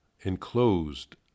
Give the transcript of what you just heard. enclosed